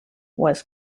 was